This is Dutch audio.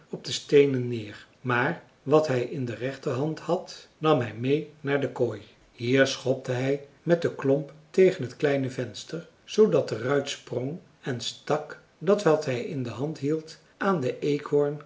op de steenen neer maar wat hij in de rechterhand had nam hij meê naar de kooi hier schopte hij met de klomp tegen t kleine venster zoodat de ruit sprong en stak dat wat hij in de hand hield aan den